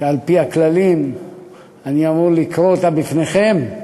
שעל-פי הכללים אני אמור לקרוא אותה בפניכם,